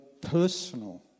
personal